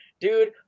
Dude